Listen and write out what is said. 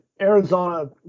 Arizona